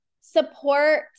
support